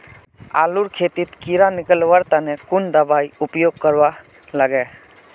आलूर खेतीत कीड़ा निकलवार तने कुन दबाई उपयोग करवा लगे?